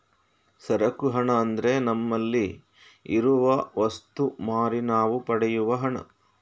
ಸರಕು ಹಣ ಅಂದ್ರೆ ನಮ್ಮಲ್ಲಿ ಇರುವ ವಸ್ತು ಮಾರಿ ನಾವು ಪಡೆಯುವ ಹಣ